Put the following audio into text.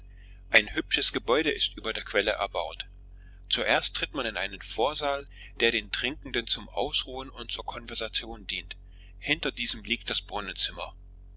ein hübsches gebäude ist über der quelle erbaut zuerst tritt man in einen vorsaal der den trinkenden zum ausruhen und zur konversation dient hinter diesem liegt das